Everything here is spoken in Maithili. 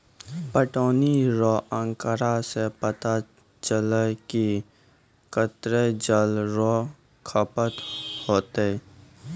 पटौनी रो आँकड़ा से पता चलै कि कत्तै जल रो खपत होतै